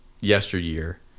yesteryear